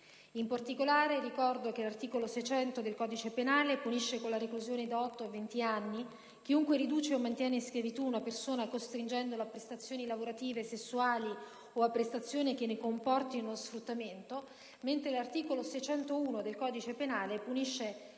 In particolare, ricordo che l'articolo 600 del codice penale punisce con la reclusione da otto a venti anni chiunque riduce o mantiene in schiavitù una persona costringendola a prestazioni lavorative sessuali o a prestazione che ne comportino lo sfruttamento, mentre l'articolo 601 del codice penale punisce